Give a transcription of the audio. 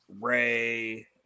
Ray